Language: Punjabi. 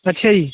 ਅੱਛਾ ਜੀ